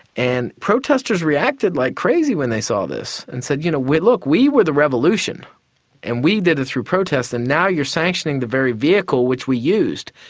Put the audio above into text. and protesters reacted like crazy when they saw this and said, you know, look, we were the revolution and we did it through protest and now you're sanctioning the very vehicle which we used.